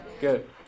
Good